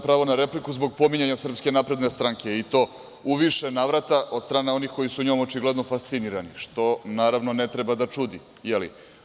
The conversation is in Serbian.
Pravo na repliku zbog pominjanja SNS, i to u više navrata, od strane onih koji su njom očigledno fascinirani, što, naravno, ne treba da čudi, je li.